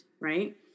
right